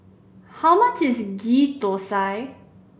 how much is Ghee Thosai